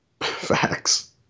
Facts